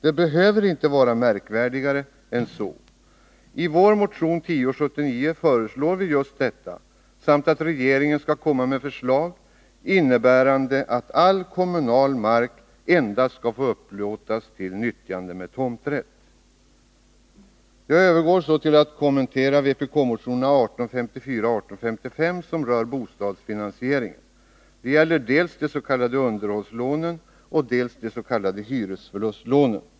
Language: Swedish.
Det behöver inte vara märkvärdigare än så. I vår motion 1079 föreslår vi just detta samt att regeringen skall komma med förslag innebärande att all kommunal mark endast skall upplåtas till nyttjande med tomträtt. Jag övergår så till att kommentera vpk-motionerna 1854 och 1855, som rör bostadsfinansieringen. Det gäller dels de s.k. underhållslånen, dels de s.k. hyresförlustlånen.